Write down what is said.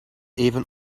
even